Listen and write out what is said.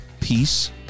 peace